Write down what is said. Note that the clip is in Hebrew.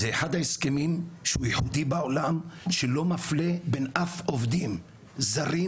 זה אחד ההסכמים הייחודיים בעולם שלא מפלה בין אף עובדים זרים,